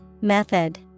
Method